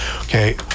okay